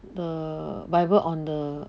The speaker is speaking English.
the bible on the